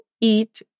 eat